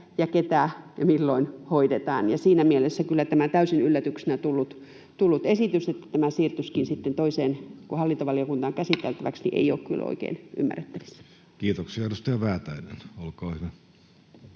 ja ketä ja milloin hoidetaan. Siinä mielessä kyllä tämä täysin yllätyksenä tullut esitys, että tämä siirtyisikin sitten toiseen valiokuntaan, hallintovaliokuntaan, käsiteltäväksi, ei ole kyllä oikein ymmärrettävissä. Kiitoksia. — Edustaja Väätäinen, olkaa hyvä.